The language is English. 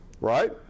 right